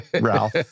Ralph